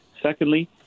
Secondly